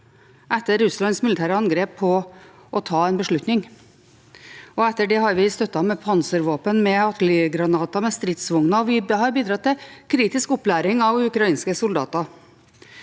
etter Russlands militære angrep – på å ta en beslutning. Etter det har vi støttet med panservåpen, artillerigranater og stridsvogner, og vi har bidratt til kritisk opplæring av ukrainske soldater.